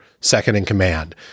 second-in-command